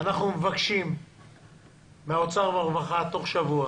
אנחנו מבקשים מהאוצר ומהרווחה תוך שבוע